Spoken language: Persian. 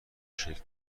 شکل